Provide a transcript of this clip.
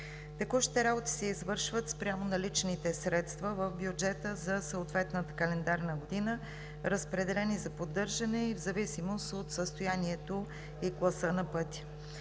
Текущите работи се извършват спрямо наличните средства в бюджета за съответната календарна година, разпределени за поддържане, и в зависимост от състоянието и класа на пътя.